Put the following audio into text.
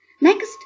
Next